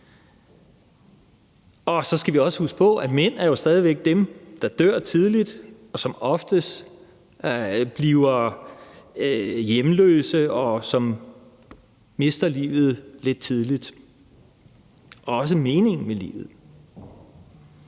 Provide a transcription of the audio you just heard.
Og så skal vi også huske på, at mænd jo stadig væk er dem, der dør tidligt, og som oftest bliver hjemløse og mister livet tidligt – og også meningen med livet.